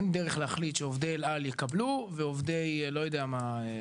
אין דרך להחליט שעובדי אל על יקבלו ועובדי לא יודע מה,